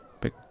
Big